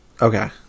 Okay